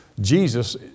Jesus